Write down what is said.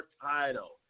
title